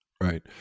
right